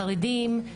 חרדים,